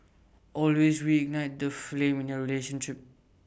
always reignite the flame in your relationship